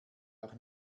auch